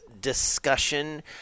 discussion